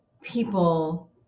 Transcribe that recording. people